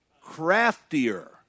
Craftier